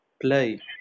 Play